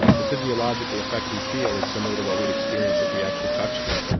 the physiological effect we feel is similar to what we'd experience if we actually touched them